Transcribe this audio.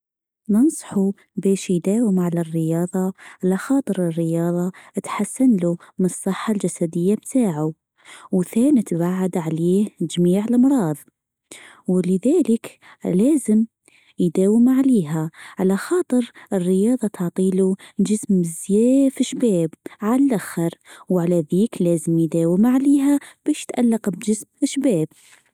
ننصح بش يداوم على الرياضه. لخاطر الرياضه إتحسن له مالصحه الجسديه بتاعه وثاني تبعد عليه جميع لمراض ولذلك لازم يداوم عليها على خاطر الرياضه تعطي له جسم مسياف شباب علاخر وعلى ذيك لازم يداوم عليها بش اتألق بجسم شباب.